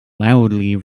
loudly